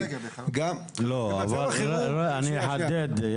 אני אחדד.